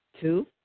Two